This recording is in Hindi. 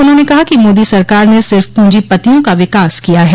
उन्होंने कहा कि मोदी सरकार ने सिर्फ पूंजीपतियों का विकास किया है